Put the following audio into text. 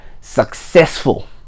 successful